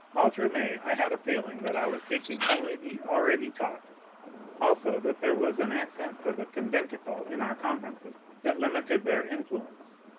ah through may i had a feeling that i was teaching only the already taught also that there was an accent of the conventicle in our conferences that limited their influence.